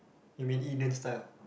you may eat Indian style